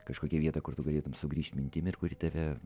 kažkokią vietą kur tu galėtumei sugrįšt mintim ir kuri tave